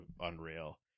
Unreal